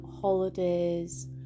holidays